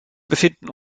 befinden